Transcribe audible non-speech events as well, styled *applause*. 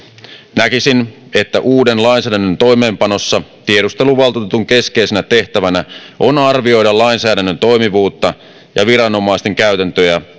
näkisin että uuden lainsäädännön toimeenpanossa tiedusteluvaltuutetun keskeisenä tehtävänä on arvioida lainsäädännön toimivuutta ja viranomaisten käytäntöjä *unintelligible*